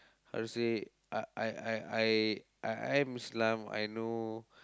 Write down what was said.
how to say I I I I I am Islam I know